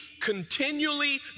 continually